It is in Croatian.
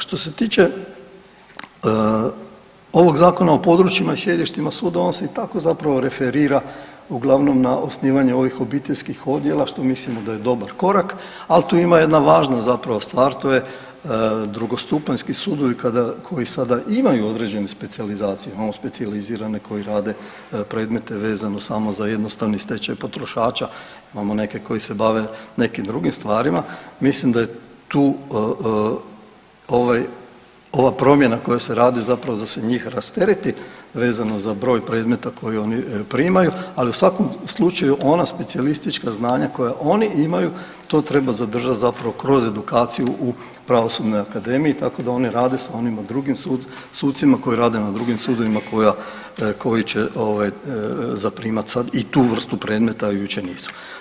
Što se tiče ovog Zakona o područjima i sjedištima sudova, on se i tako zapravo referira uglavnom na osnivanje ovih obiteljskih odjela, što mislimo da je dobar korak, ali tu ima jedna važna zapravo stvar, to je drugostupanjski sudovi kada, koji sada imaju određene specijalizacije, imamo specijalizirane koji rade predmete vezano samo za jednostrani stečaj potrošača, imamo neke koji se bave nekim drugim stvarima, mislim da je tu ovaj, ova promjena koja se radi, zapravo da se njih rastereti vezano za broj predmeta koji oni primaju, ali u svakom slučaju, ona specijalistička znanja koja oni imaju, to treba zadržati zapravo kroz edukaciju u Pravosudnoj akademiji, tako da oni rade sa onim drugim sucima koji rade na drugim sudovima koja, koji će, ovaj, zaprimati sad i tu vrstu predmeta, a jučer nisu.